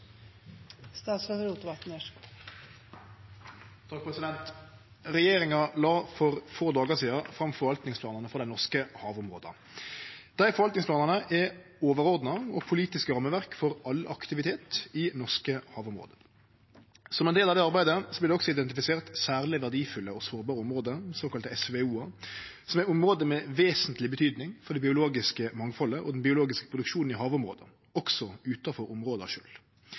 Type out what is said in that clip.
overordna og politiske rammeverk for all aktivitet i norske havområde. Som ein del av det arbeidet vert det også identifisert særleg verdifulle og sårbare område, såkalla SVO-ar, som er område med vesentleg betydning for det biologiske mangfaldet og den biologiske produksjonen i havområda, også utanfor sjølve områda. Særleg verdifulle og sårbare område